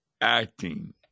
acting